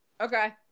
Okay